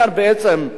אדוני היושב-ראש,